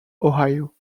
ohio